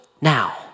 now